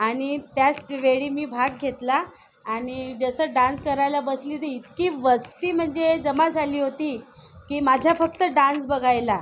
आणि त्याचवेळी मी भाग घेतला आणि जसं डान्स करायला बसली तर इतकी वस्ती म्हणजे जमा झाली होती की माझा फक्त डान्स बघायला